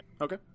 Okay